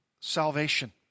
Salvation